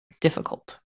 difficult